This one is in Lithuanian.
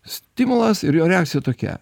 stimulas ir jo reakcija tokia